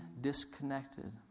disconnected